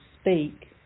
speak